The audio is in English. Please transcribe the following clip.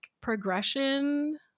progression